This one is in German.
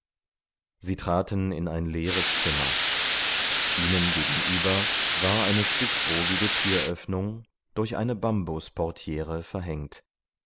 sie traten in ein leeres zimmer ihnen gegenüber war eine spitzbogige türöffnung durch eine bambusportiere verhängt